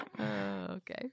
Okay